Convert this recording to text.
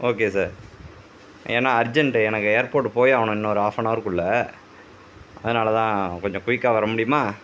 okay sir ஏன்னா urgent எனக்கு airport போயே ஆவணும் இன்னொரு ஹாஃபனவர்குள்ளே அதனால தான் கொஞ்சம் குவிக்காக வர முடியுமா